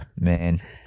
Man